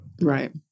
Right